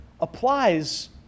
applies